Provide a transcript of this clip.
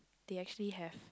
they actually have